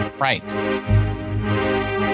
right